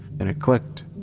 and it clicked.